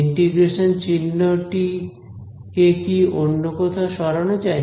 integration চিহ্নটি কে কি অন্য কোথাও সরানো যায়